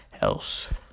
else